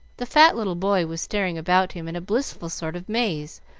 the fat little boy was staring about him in a blissful sort of maze,